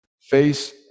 face